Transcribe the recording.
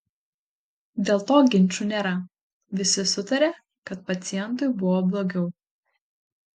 dėl to ginčų nėra visi sutaria kad pacientui buvo blogiau